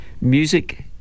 music